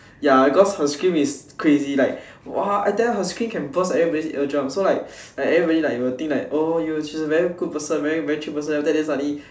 ya cause her scream is crazy like !wah! I tell you her scream can burst everybody's eardrums so like everybody will think like oh ya she's a very good person very chill person then suddenly